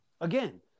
Again